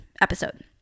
episode